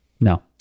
no